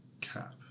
Cap